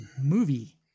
movie